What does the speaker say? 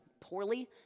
poorly